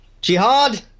Jihad